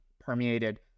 permeated